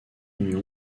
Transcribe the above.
union